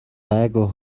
гайгүй